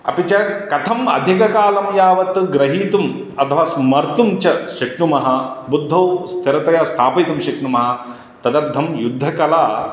अपि च कथम् अधिककालं यावत् गृहीतुम् अथवा स्मर्तुं च शक्नुमः बुद्धौ स्थिरतया स्थापयितुं शक्नुमः तदर्थं युद्धकला